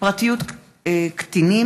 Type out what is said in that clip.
זכאות לקצבת נכה בעד ילד לקוי ראייה),